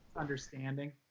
understanding